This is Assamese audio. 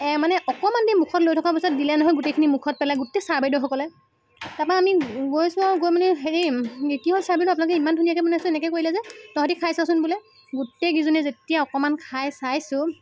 মানে অকণমান দেৰি মুখত লৈ থকাৰ পাছত দিলে নহয় গোটেইখিনি মুখত পেলাই গোটেই ছাৰ বাইদেউসকলে তাপা আমি গৈছোঁ আৰু গৈ মানে হেৰি কি হ'ল ছাৰ বাইদেউ ইমান ধুনীয়াকৈ বনাইছোঁ আপোনালোকে এনেকৈ কৰিলে যে তহঁতি খাই চাচোন বোলে গোটেইকিজনীয়ে যেতিয়া অকণমান খাই চাইছোঁ